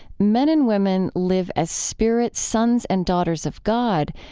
men and women live as spirits, sons and daughters of god,